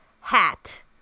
hat